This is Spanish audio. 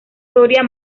soria